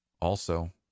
Also